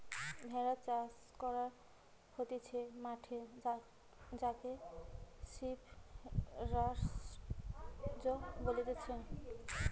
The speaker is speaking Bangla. ভেড়া চাষ করা হতিছে মাঠে যাকে সিপ রাঞ্চ বলতিছে